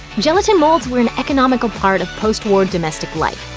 gelatin molds were an economical part of post-war domestic life,